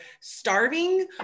starving